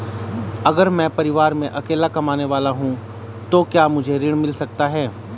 अगर मैं परिवार में अकेला कमाने वाला हूँ तो क्या मुझे ऋण मिल सकता है?